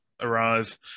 arrive